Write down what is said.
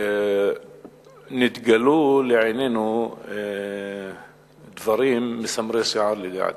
ונתגלו לעינינו דברים מסמרי שיער לדעתי.